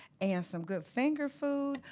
and some good finger food.